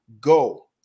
go